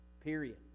period